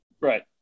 right